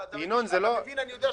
ינון, אני לא הבנתי,